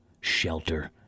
shelter